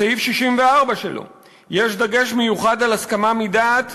בסעיף 64 שלו יש דגש מיוחד על הסכמה מדעת,